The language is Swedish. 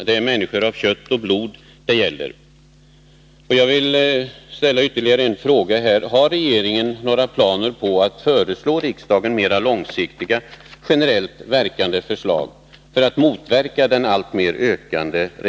Det är människor av kött och blod det gäller.